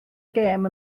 gêm